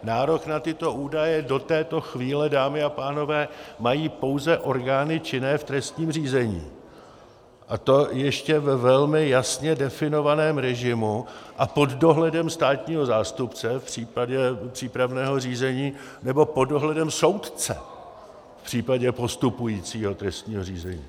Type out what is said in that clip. Nárok na tyto údaje do této chvíle, dámy a pánové, mají pouze orgány činné v trestním řízení, a to ještě ve velmi jasně definovaném režimu a pod dohledem státního zástupce v případě přípravného řízení, nebo pod dohledem soudce v případě postupujícího trestního řízení.